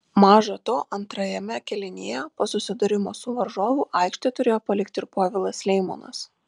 maža to antrajame kėlinyje po susidūrimo su varžovu aikštę turėjo palikti ir povilas leimonas